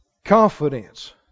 Confidence